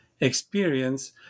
experience